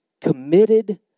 committed